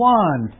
one